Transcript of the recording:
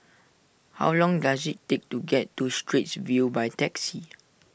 how long does it take to get to Straits View by taxi